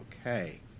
Okay